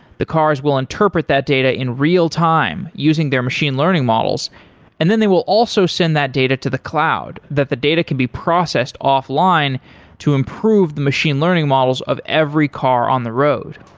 the cars will interpret that data in real-time using their machine learning models and then they will also send that data to the cloud that the data can be processed offline to improve the machine learning models of every car on the road.